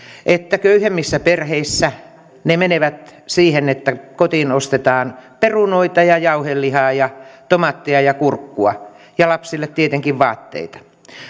että köyhemmissä perheissä ne menevät siihen että kotiin ostetaan perunoita ja jauhelihaa ja tomaattia ja kurkkua ja lapsille tietenkin vaatteita